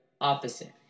opposite